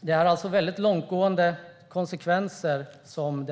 förslag får alltså väldigt långtgående konsekvenser.